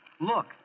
Look